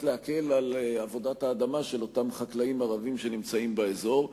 להקל על עבודת האדמה של אותם חקלאים ערבים שנמצאים באזור.